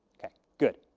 okay. good.